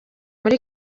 muri